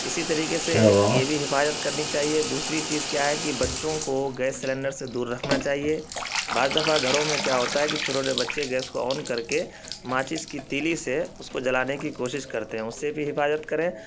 اسی طریقے سے یہ بھی حفاظت کرنی چاہیے دوسری چیز کیا ہے کہ بچوں کو گیس سلینڈر سے دور رکھنا چاہیے بعض دفعہ گھروں میں کیا ہوتا ہے کہ چھوٹے چھوٹے بچے گیس کو آن کر کے ماچس کی تیلی سے اس کو جلانے کی کوشش کرتے ہیں اس سے بھی حفاظت کریں